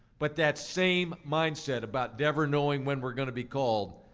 but that same mindset about never knowing when we're going to be called,